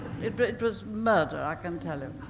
it but it was murder, i can tell you.